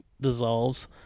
dissolves